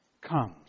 comes